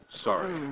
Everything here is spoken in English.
Sorry